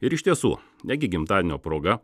ir iš tiesų negi gimtadienio proga